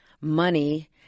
money